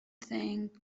think